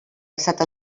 basat